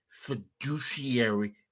fiduciary